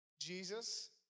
Jesus